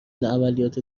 عملیات